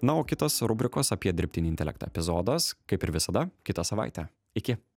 na o kitos rubrikos apie dirbtinį intelektą epizodas kaip ir visada kitą savaitę iki